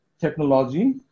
technology